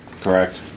Correct